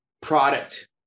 product